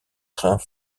trains